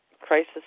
crisis